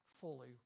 fully